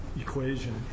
equation